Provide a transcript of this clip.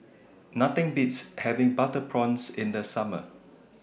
Nothing Beats having Butter Prawns in The Summer